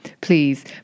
please